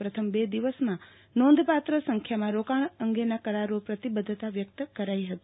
પ્રથમ બે દિવસમાં નોંધપાત્ર સંખ્યામાં રોકાણ અંગેના કરારોની પ્રતિબધ્ધતા વ્યક્ત કરાઇ હતી